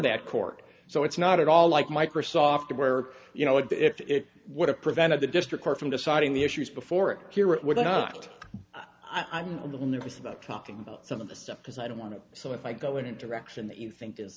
that court so it's not at all like microsoft where you know if it would have prevented the district court from deciding the issues before it we're not i'm a little nervous about talking about some of the stuff because i don't want it so if i go into wrexham that you think is